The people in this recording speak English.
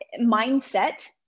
mindset